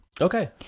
Okay